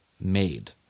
made